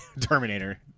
Terminator